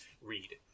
read